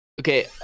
Okay